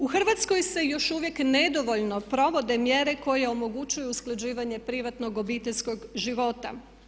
U Hrvatskoj se još uvijek nedovoljno provode mjere koje omogućuju usklađivanje privatnog, obiteljskog života.